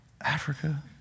Africa